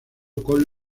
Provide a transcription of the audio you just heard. con